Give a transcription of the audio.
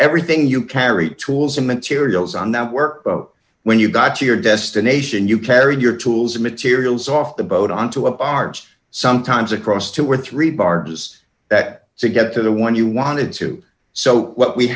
everything you carry tools and materials on that work when you got to your destination you carried your tools and materials off the boat onto a barge sometimes across two or three barges that to get to the one you wanted to so what we